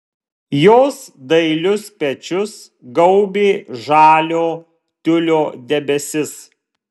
jos dailius pečius gaubė žalio tiulio debesis